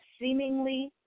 seemingly